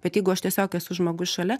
bet jeigu aš tiesiog esu žmogus šalia